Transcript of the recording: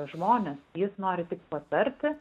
žmones jis nori tik patarti